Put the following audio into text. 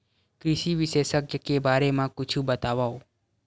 कृषि विशेषज्ञ के बारे मा कुछु बतावव?